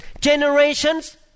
Generations